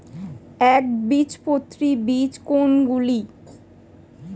একবীজপত্রী বীজ কোন গুলি?